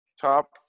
top